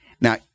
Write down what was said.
Now